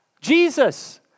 Jesus